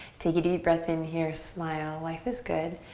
take a deep breath in here, smile, life is good.